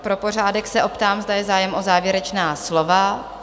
Pro pořádek se optám, zda je zájem o závěrečná slova?